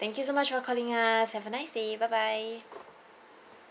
thank you so much for calling us have a nice day bye bye